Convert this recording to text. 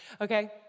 Okay